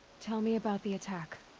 tell me about the attack.